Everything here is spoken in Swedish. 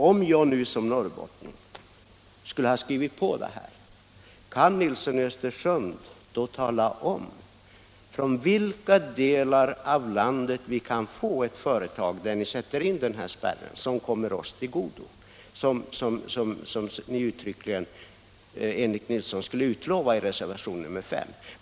Om jag som norrbottning skulle ha skrivit på reservationen 5, kan herr Nilsson då tala om från vilka delar av landet vi skulle få företag till länet.